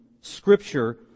scripture